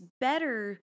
better